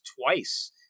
twice